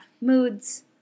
moods